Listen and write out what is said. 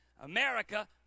America